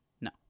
No